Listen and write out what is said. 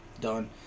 done